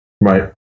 Right